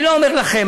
אני לא אומר לכם,